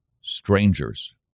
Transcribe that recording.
strangers